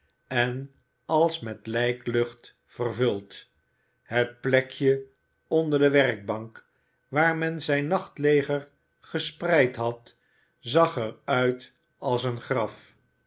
en als met lijklucht vervuld het plekje onder de werkbank waar men zijn nachtleger gespreid had zag er uit als een graf